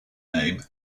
name